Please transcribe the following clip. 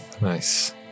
Nice